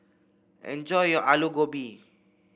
enjoy your Aloo Gobi